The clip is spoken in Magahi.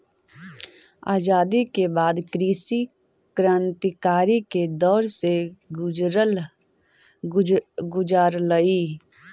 आज़ादी के बाद कृषि क्रन्तिकारी के दौर से गुज़ारलई